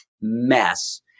mess